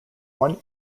one